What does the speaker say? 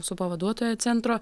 su pavaduotoja centro